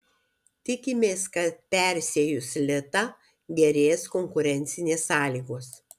tikimės kad persiejus litą gerės konkurencijos sąlygos